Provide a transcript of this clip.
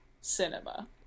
cinema